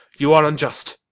you are unjust,